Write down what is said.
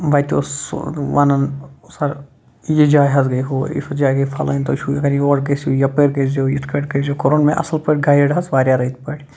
وَتہِ اوس وَنان سَر یہِ جاے حظ گٔے ہُہ ہُہ جاے گٔے فَلٲنۍ تُہۍ چھُو اگر یور گٔژھِو یَپٲرۍ کٔرۍزیو یِتھ کٲٹھۍ کوٚرُن مےٚ اَصٕل پٲٹھی گایڈ حظ واریاہ رٔتۍ پٲٹھۍ